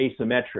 asymmetric